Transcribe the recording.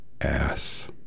ass